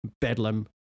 bedlam